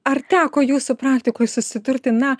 ar teko jūsų praktikoj susidurti na